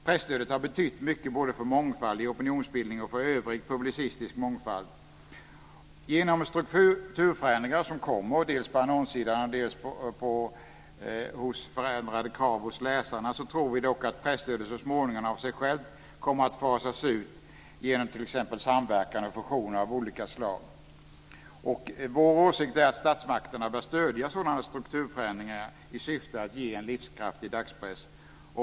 Presstödet har betytt mycket både för mångfald i opinionsbildning och för övrig publicistisk mångfald. Genom strukturförändringar, dels på annonssidan, dels vad gäller förändrade krav hos läsarna, tror vi dock att presstödet så småningom av sig självt kommer att fasas ut genom t.ex. samverkan och fusioner av olika slag. Vår åsikt är att statsmakterna bör stödja sådana strukturförändringar i syfte att få en livskraftig dagspress.